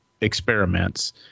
experiments